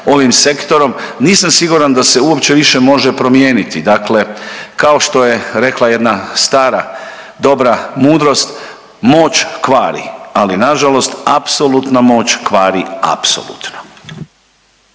ovim sektorom nisam siguran da se uopće više može promijeniti. Dakle, kao što je rekla jedna stara dobra mudrost „moć kvari, ali na žalost apsolutna moć kvari apsolutno“.